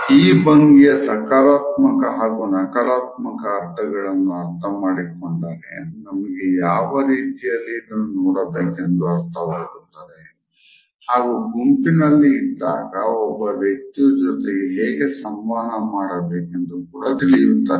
ಈ ಭಂಗಿಯ ಸಕಾರಾತ್ಮಕ ಹಾಗು ನಕಾರಾತ್ಮಕ ಅರ್ಥಗಳನ್ನು ಅರ್ಥ ಮಾಡಿಕೊಂಡರೆ ನಮಗೆ ಯಾವ ರೀತಿಯಲ್ಲಿ ಇದನ್ನು ನೋಡಬೇಕೆಂದು ಅರ್ಥವಾಗುತ್ತದೆ ಹಾಗು ಗುಂಪಿನಲ್ಲಿ ಇದ್ದಾಗ ಒಬ್ಬ ವ್ಯಕ್ತಿಯ ಜೊತೆಗೆ ಹೇಗೆ ಸಂವಹನ ಮಾಡಬೇಕೆಂದು ಕೂಡ ತಿಳಿಯುತ್ತದೆ